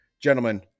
Gentlemen